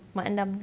mak andam